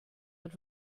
hat